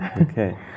Okay